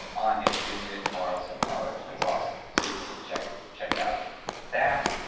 on issues in moral psychology that's awesome so you can check check out that.